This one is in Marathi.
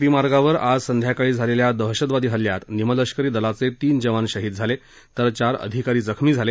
पी मार्गावर आज संध्याकाळी झालेल्या दहशतवादी हल्ल्यात निमलष्करी दलाचे तीन जवान शहीद झाले तर चार अधिकारी जखमी झाले